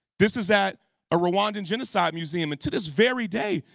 this is at a rwandan genocide museum and to this very day,